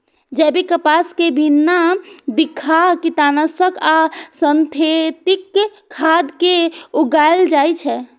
जैविक कपास कें बिना बिखाह कीटनाशक आ सिंथेटिक खाद के उगाएल जाए छै